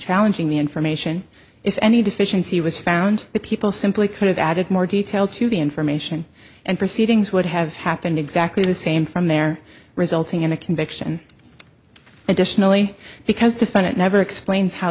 challenging the information is any deficiency was found that people simply could have added more detail to the information and proceedings would have happened exactly the same from there resulting in a conviction additionally because defendant never explains how